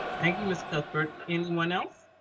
thank you, ms. cuthbert. anyone else?